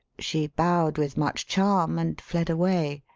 she bowed with much charm and fled away.